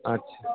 अच्छा